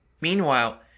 Meanwhile